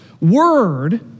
word